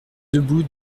debout